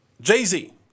Jay-Z